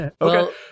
Okay